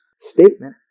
Statement